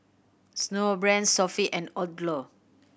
Snowbrand Sofy and Odlo